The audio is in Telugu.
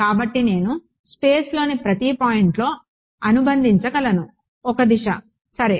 కాబట్టి నేను స్పేస్లోని ప్రతి పాయింట్లో అనుబంధించగలను ఒక దిశ సరే